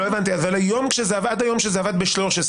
לא הבנתי, עד היום כשזה עבד ב-13?